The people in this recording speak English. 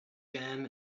jam